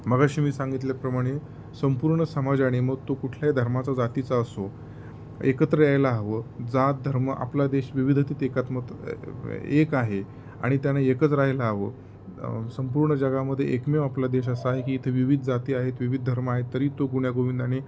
मगाशी मी सांगितल्याप्रमाणे संपूर्ण समाजाने मग तो कुठल्याही धर्माचा जातीचा असो एकत्र यायला हवं जात धर्म आपला देश विविधतेत एकात्मता एक आहे आणि त्यानं एकच राहायला हवं संपूर्ण जगामध्ये एकमेव आपला देश असा आहे की इथे विविध जाती आहेत विविध धर्म आहे तरी तो गुण्यागोविंदाने